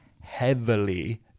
heavily